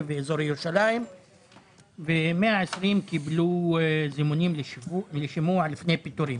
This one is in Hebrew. ואזור ירושלים קיבלו זימונים לשימוע לפני פיטורין.